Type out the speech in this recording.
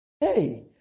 Hey